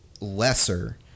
lesser